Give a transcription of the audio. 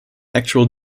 actual